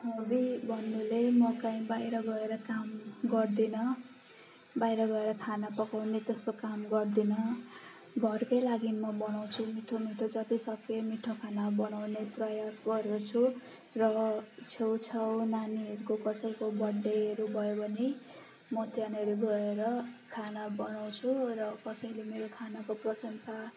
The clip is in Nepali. हबी भन्नुले म कहीँ बाहिर गएर काम गर्दिनँ बाहिर गएर खाना पकाउने त्यस्तो काम गर्दिनँ घरकै लागि म बनाउँछु मिठो मिठो जति सकेँ मिठो खाना बनाउने प्रयास गदर्छु र छेउछाउ नानीहरूको कसैको बर्थडेहरू भयो भने म त्यहाँनिर गएर खाना बनाउँछु र कसैले मेरो खानाको प्रशंसा